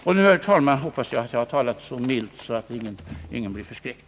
Nu, herr talman, hoppas jag att jag har talat så milt att ingen blir förskräckt.